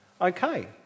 Okay